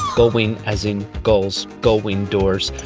gullwing as in gulls. gullwing doors,